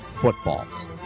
footballs